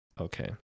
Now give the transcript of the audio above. Okay